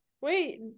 Wait